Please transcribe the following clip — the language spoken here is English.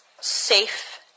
safe